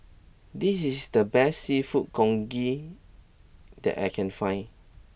this is the best Seafood Congee that I can find